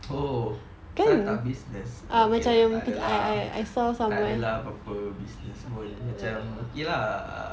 oh start up business takde lah takde lah apa apa business pun macam okay lah err